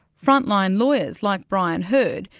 frontline lawyers, like brian herd,